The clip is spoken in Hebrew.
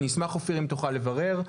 אשמח אופיר אם תוכל לברר.